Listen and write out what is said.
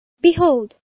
Behold